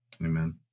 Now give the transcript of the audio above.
Amen